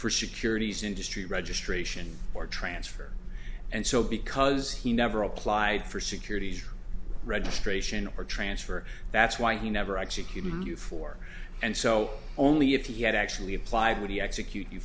for securities industry registration or transfer and so because he never applied for securities registration or transfer that's why he never executed you for and so only if he had actually applied what he execute you